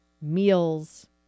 meals